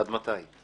עד מתי?